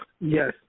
Yes